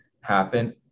happen